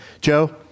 Joe